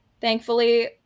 Thankfully